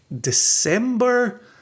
December